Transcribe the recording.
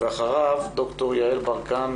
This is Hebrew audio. ואחריו ד"ר יעל ברקן,